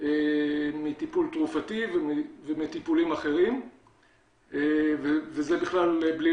מטיפול תרופתי ומטיפולים אחרים וזה בכלל בלי